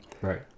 Right